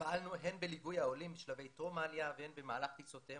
פעלנו הן בליווי העולים בשלבי טרום העלייה והן במהלך טיסותיהם